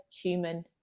human